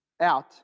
out